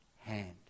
hand